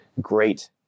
great